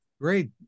Great